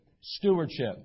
stewardship